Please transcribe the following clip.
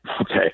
Okay